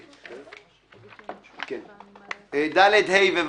אני מאשר את (ד)(ה) ו-(ו).